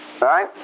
right